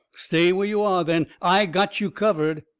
stay where you are, then. i got you covered.